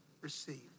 receive